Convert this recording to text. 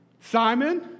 Simon